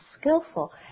skillful